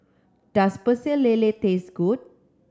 does Pecel Lele taste good